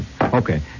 Okay